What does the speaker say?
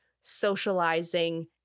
socializing